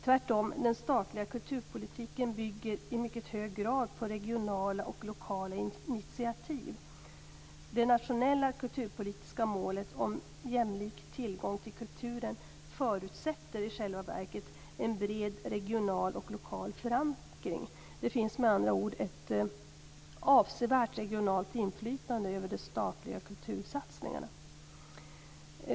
Tvärtom, den statliga kulturpolitiken bygger i mycket hög grad på regionala och lokala initiativ. Det nationella kulturpolitiska målet om jämlik tillgång till kulturen förutsätter i själva verket en bred regional och lokal förankring. Det finns med andra ord ett avsevärt regionalt inflytande över de statliga kultursatsningarna.